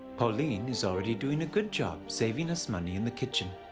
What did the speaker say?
pauline is already doing a good job saving us money in the kitchen.